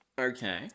Okay